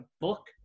book